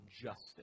justice